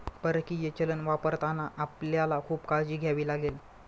परकीय चलन वापरताना आपल्याला खूप काळजी घ्यावी लागेल